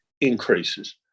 increases